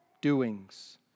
doings